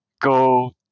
go